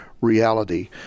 reality